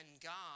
God